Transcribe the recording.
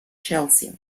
chelsea